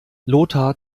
lothar